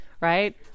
right